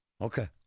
Okay